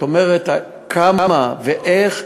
את אומרת: כמה ואיך?